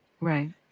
Right